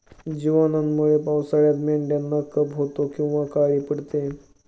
जिवाणूंमुळे पावसाळ्यात मेंढ्यांना कफ होतो किंवा काळी पडते